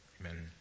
Amen